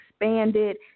expanded